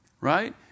right